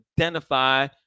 identify